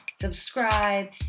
subscribe